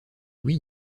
oui